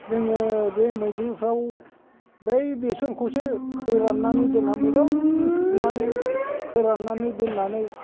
जोङो बे मैद्रुफ्राव बै बेसरखौसो फोराननानै दोनना मोजां सुनानै फोराननानै दोननानै